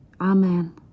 Amen